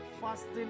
fasting